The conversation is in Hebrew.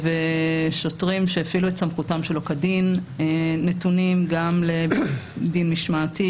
שוטרים שהפעילו את סמכותם שלא כדין נתונים גם לדין משמעתי,